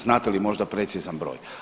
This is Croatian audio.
Znate li možda precizan broj?